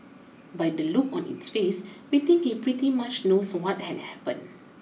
by the look on its face we think he pretty much knows what had happened